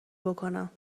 بکنم